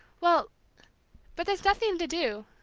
well but there's nothing to do,